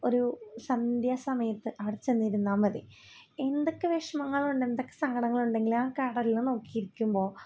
ഒരു സന്ധ്യ സമയത്ത് അവിടെ ചെന്ന് ഇരുന്നാൽ മതി എന്തൊക്കെ വിഷമങ്ങളുണ്ട് എന്തൊക്കെ സങ്കടങ്ങളുണ്ടെങ്കിലും ആ കടലിൽ നോക്കിയിരിക്കുമ്പോൾ